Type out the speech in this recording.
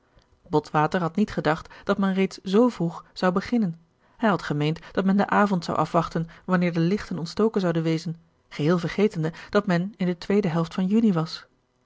botwater had niet gedacht dat men reeds zoo vroeg zou beginnen hij had gemeend dat men den avond zou afwachten wanneer de lichten ontstoken zouden wezen geheel vergetende dat men in de tweede helft van juni was